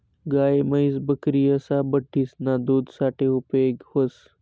गाय, म्हैस, बकरी असा बठ्ठीसना दूध साठे उपेग व्हस